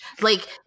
Like-